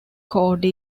code